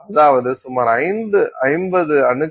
அதாவது இது சுமார் 50 அணுக்கள்